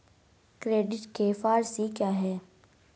Credit के four C क्या हैं?